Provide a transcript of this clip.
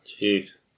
Jeez